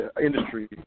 industry